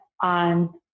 on